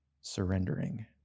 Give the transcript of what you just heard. surrendering